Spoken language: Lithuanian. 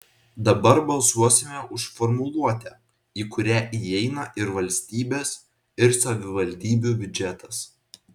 dabar balsuosime už formuluotę į kurią įeina ir valstybės ir savivaldybių biudžetas